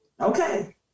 okay